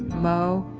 mo,